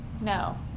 no